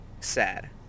sad